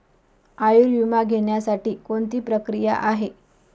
आयुर्विमा घेण्यासाठी कोणती प्रक्रिया आहे?